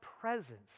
presence